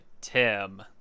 Tim